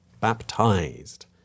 baptized